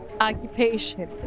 occupation